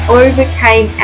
overcame